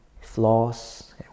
flaws